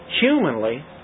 humanly